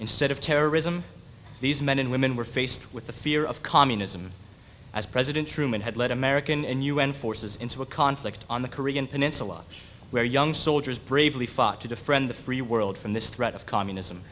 instead of terrorism these men and women were faced with the fear of communism as president truman had led american and u n forces into a conflict on the korean peninsula where young soldiers bravely fought to defend the free world from the threat of communism